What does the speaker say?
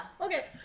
Okay